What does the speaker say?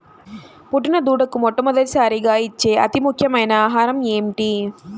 పుట్టిన దూడకు మొట్టమొదటిసారిగా ఇచ్చే అతి ముఖ్యమైన ఆహారము ఏంటి?